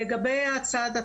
לגבי הצעד הטכני,